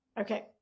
Okay